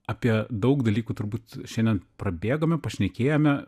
apie daug dalykų turbūt šiandien prabėgome pašnekėjome